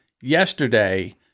yesterday